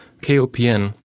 KOPN